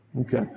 Okay